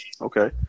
Okay